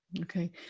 Okay